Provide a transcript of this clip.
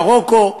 מרוקו,